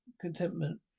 contentment